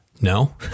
no